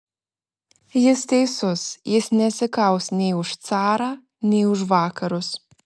jis teisus jis nesikaus nei už carą nei už vakarus